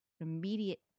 immediate